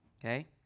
okay